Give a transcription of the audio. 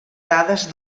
dades